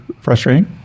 Frustrating